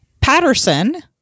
Patterson